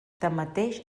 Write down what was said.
tanmateix